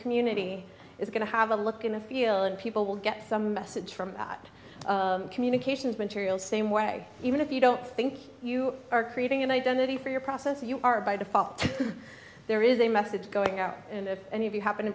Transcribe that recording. community is going to have a look and feel and people will get some message from that communications material same way even if you don't think you are creating an identity for your process you are by default there is a message going out and if you happen to